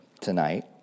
tonight